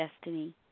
destiny